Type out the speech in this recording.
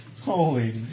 Holy